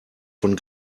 von